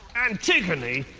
antigone,